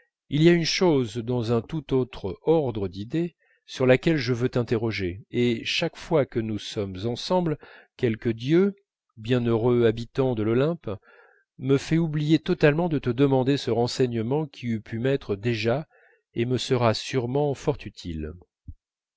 il y a une chose dans un tout autre ordre d'idées sur laquelle je veux t'interroger et chaque fois que nous sommes ensemble quelque dieu bienheureux habitant de l'olympe me fait oublier totalement de te demander ce renseignement qui eût pu m'être déjà et me sera sûrement fort utile